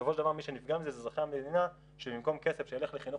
בסופו של דבר מי שנפגע מזה זה אזרחי המדינה שבמקום כסף שילך לחינוך,